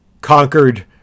conquered